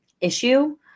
issue